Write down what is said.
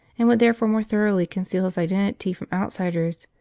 and would therefore more thoroughly conceal his identity from outsiders,